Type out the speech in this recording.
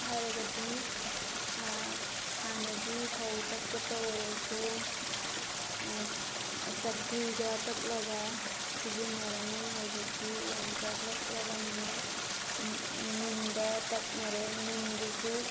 ꯍꯥꯏꯔꯒꯗꯤ ꯍꯥꯟꯅꯗꯤ ꯐꯧ ꯇꯛꯄꯇ ꯑꯣꯏꯔꯁꯨ ꯆꯀ꯭ꯔꯤꯒ ꯇꯛꯂꯒ ꯁꯤꯖꯤꯟꯅꯔꯝꯃꯤ ꯍꯧꯖꯤꯛꯇꯤ ꯌꯥꯝ ꯆꯥꯎꯈꯠꯂꯛꯂꯕꯅꯤꯅ ꯃꯤꯟꯗ ꯇꯛꯅꯔꯦ ꯃꯤꯟꯗꯨꯁꯨ